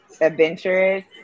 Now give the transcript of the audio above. adventurous